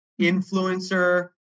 influencer